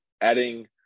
adding